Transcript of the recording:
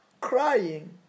crying